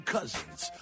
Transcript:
Cousins